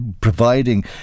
providing